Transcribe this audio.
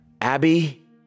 Abby